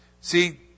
See